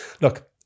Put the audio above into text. look